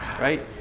right